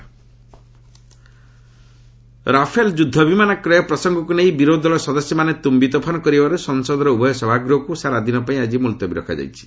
parliament adjourn Rafale ଯୁଦ୍ଧବିମାନ କ୍ରୟ ପ୍ରସଙ୍ଗକୁ ନେଇ ବିରୋଧୀଦଳର ସଦସ୍ୟମାନେ ତ୍ରୁୟିତୋଫାନ କରିବାରୁ ସଂସଦର ଉଭୟ ସଭାଗୃହକୁ ସାରାଦିନପାଇଁ ଆଜି ମୁଲତବୀ ରଖାଯାଇଛି